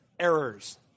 Errors